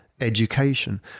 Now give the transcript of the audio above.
education